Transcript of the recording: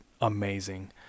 amazing